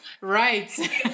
right